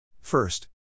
First